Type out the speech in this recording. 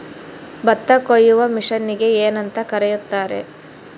ಭತ್ತ ಕೊಯ್ಯುವ ಮಿಷನ್ನಿಗೆ ಏನಂತ ಕರೆಯುತ್ತಾರೆ?